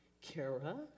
kara